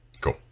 cool